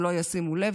והם לא ישימו לב.